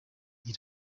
iyi